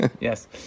Yes